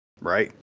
right